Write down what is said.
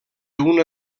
una